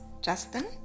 Justin